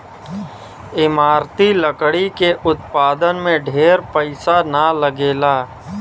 इमारती लकड़ी के उत्पादन में ढेर पईसा ना लगेला